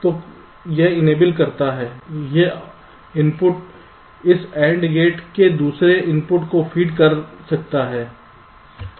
तो यह इनेबल करता है यह इनपुट इस AND गेट के दूसरे इनपुट को फीड कर सकता है